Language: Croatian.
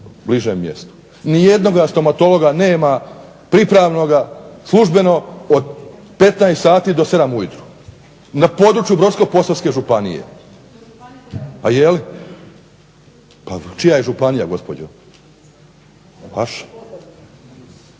bližem mjestu. Nijednoga stomatologa nema pripravnoga službeno od 15 sati do 7 ujutro na području Brodsko-posavske županije. … /Upadica se ne razumije./… A jel? Pa